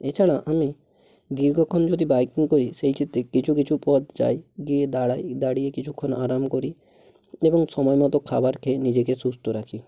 এছাড়া আমি দীর্ঘক্ষণ যদি বাইকিং করি সেইক্ষেত্রে কিছু কিছু পথ যাই গিয়ে দাঁড়াই দাঁড়িয়ে কিছুক্ষণ আরাম করি এবং সময় মতো খাবার খেয়ে নিজেকে সুস্থ রাখি